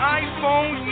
iPhone